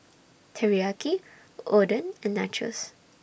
Teriyaki Oden and Nachos